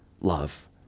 love